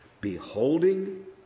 Beholding